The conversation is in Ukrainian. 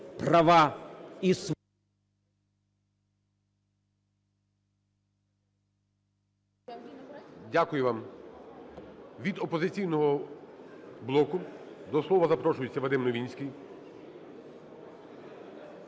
Дякую вам. Від "Опозиційного блоку" до слова запрошується Вадим Новинський.